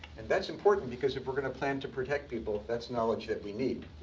and that's important, because if we're going to plan to protect people, that's knowledge that we need.